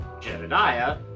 Jedediah